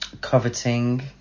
coveting